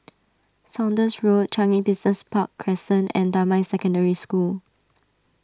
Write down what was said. Saunders Road Changi Business Park Crescent and Damai Secondary School